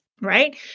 Right